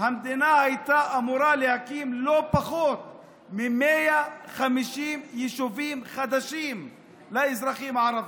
המדינה הייתה אמורה להקים לא פחות מ-150 יישובים חדשים לאזרחים הערבים.